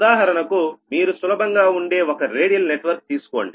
ఉదాహరణకు మీరు సులభంగా ఉండే ఒక రేడియల్ నెట్వర్క్ తీసుకోండి